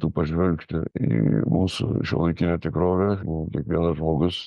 pažvelgti į mūsų šiuolaikinę tikrovę kiekvienas žmogus